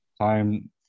time